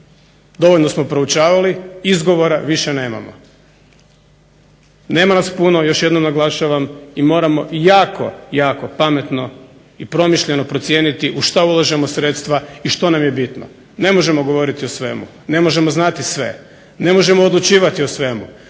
dovoljno smo proučavali, izgovora više nemamo. Nema nas puno, još jednom naglašavam i moramo jako pametno i promišljeno procijeniti u što ulažemo sredstva i što nam je bitno, ne možemo govoriti o svemu, ne možemo znati sve, ne možemo odlučivati o svemu,